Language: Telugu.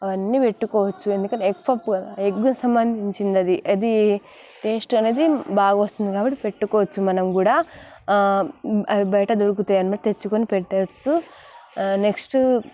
అవన్నీ పెట్టుకోవచ్చు ఎందుకంటే ఎగ్ పఫ్ కదా ఎగ్గుకు సంబంధించింది అది టేస్ట్ అనేది బాగొస్తుంది కాబట్టి పెట్టుకోవచ్చు మనం కూడా అవి బయట దొరుకుతాయన్నమాట తెచ్చుకొని పెట్టవచ్చు నెక్స్ట్